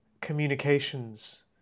communications